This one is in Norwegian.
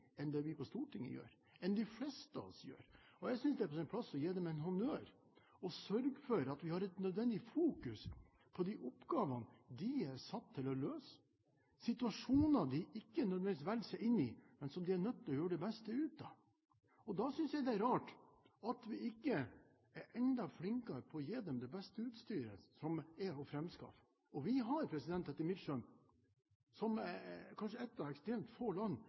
enn det vi på Stortinget gjør, enn det de fleste av oss gjør. Jeg synes det er på sin plass å gi dem en honnør og sørge for at vi har et nødvendig fokus på de oppgavene de er satt til å løse, situasjoner de ikke nødvendigvis velger seg inn i, men som de er nødt til å gjøre det beste ut av. Da synes jeg det er rart at vi ikke er enda flinkere til å gi dem det beste utstyret som er å framskaffe. Vi har, etter mitt skjønn, som kanskje ett av ekstremt få land,